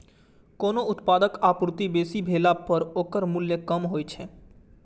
कोनो उत्पादक आपूर्ति बेसी भेला पर ओकर मूल्य कम होइ छै